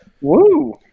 Woo